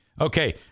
okay